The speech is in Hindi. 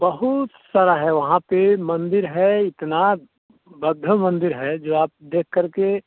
बहुत सारे हैं वहाँ पर मंदिर हैं इतने भव्य मंदिर हैं जो आप देख कर के